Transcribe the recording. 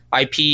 IP